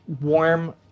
warm